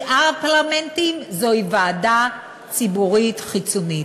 בשאר הפרלמנטים יש ועדה ציבורית חיצונית.